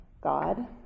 God